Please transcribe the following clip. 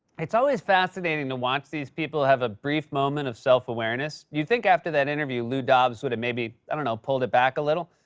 it's always fascinating to watch these people have a brief moment of self-awareness. you'd think after that interview lou dobbs would have maybe, i don't know, pulled it back a little?